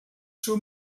seu